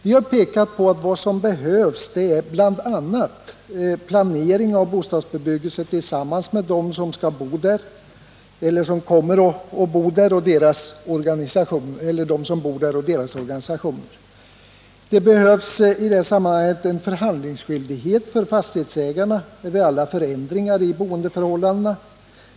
Vi har pekat på att vad som behövs bl.a. är planering av bostadsbebyggelse tillsammans med dem som kommer att bo i denna och deras organisationer. Det behövs i det sammanhanget en förhandlingsskyldighet för fastighetsägarna när det gäller alla förändringar i boendeförhållandena.